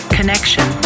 Connection